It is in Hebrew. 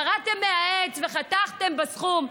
ירדתם מהעץ וחתכתם בסכום,